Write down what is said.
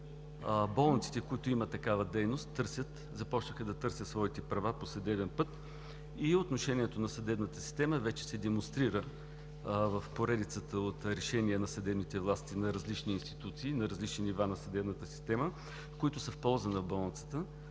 Болниците, които имат такава дейност, започнаха да търсят своите права по съдебен път и отношението на съдебната система вече се демонстрира в поредицата от решения на съдебните власти, на различните институции, на различни нива на съдебната система, които са в полза на болницата.